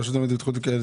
הרשות לביטחון קהילתי,